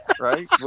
right